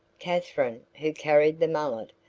katherine, who carried the mallet,